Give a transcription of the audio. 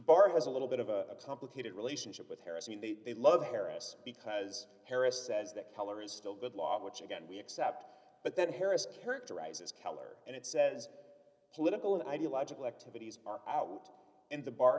bar has a little bit of a complicated relationship with harrison and they love paris because paris says that color is still good law which again we accept but that harris characterizes color and it says political and ideological activities are out and the bar